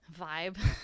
vibe